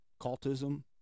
cultism